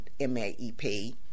MAEP